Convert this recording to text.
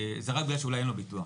זה רק בגלל שאולי אין לו ביטוח,